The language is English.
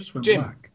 Jim